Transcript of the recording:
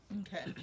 Okay